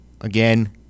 again